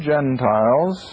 Gentiles